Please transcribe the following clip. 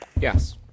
Yes